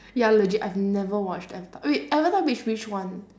ya legit I've never watch avatar wait avatar which which one